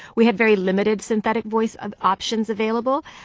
we had very limited synthetic voice of options available.